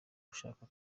ushaka